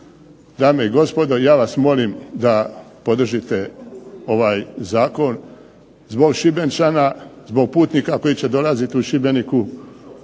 Dame i gospodo, ja vas molim da podržite ovaj zakon zbog Šibenčana, zbog putnika koji će dolaziti u Šibeniku